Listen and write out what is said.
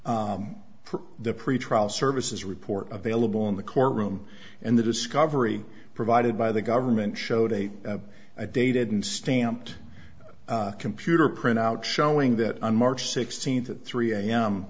for the pretrial services report available in the courtroom and the discovery provided by the government showed a i dated and stamped computer printout showing that on march sixteenth at three